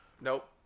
Nope